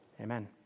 Amen